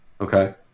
Okay